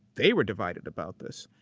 they were divided about this.